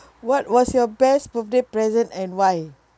what was your best birthday present and why